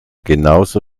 genauso